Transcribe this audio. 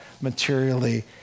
materially